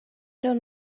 don’t